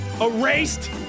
erased